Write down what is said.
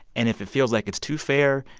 and if it feels like it's too fair,